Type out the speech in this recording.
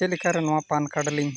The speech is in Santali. ᱪᱮᱫ ᱞᱮᱠᱟᱨᱮ ᱱᱚᱣᱟ ᱯᱮᱱᱠᱟᱨᱰ ᱞᱤᱧ